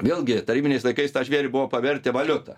vėlgi tarybiniais laikais tą žvėrį buvo pavertę valiuta